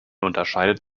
unterscheidet